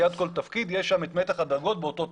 ליד כל תפקיד יש את המתח הדרגות באותו תפקיד.